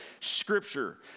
scripture